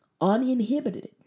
uninhibited